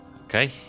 Okay